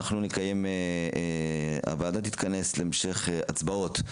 הוועדה תתכנס להמשך הצבעות,